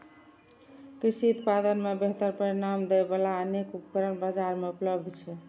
कृषि उत्पादन मे बेहतर परिणाम दै बला अनेक उपकरण बाजार मे उपलब्ध छै